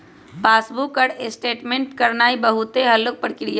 passbook पर statement print करानाइ बहुते हल्लुक प्रक्रिया हइ